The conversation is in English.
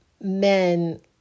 Men